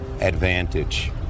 advantage